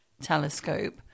telescope